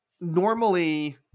normally